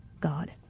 God